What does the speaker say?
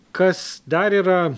kas dar yra